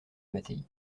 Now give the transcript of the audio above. mattei